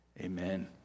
amen